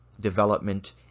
development